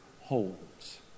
holds